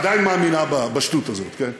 עדיין מאמינה בשטות הזאת, כן?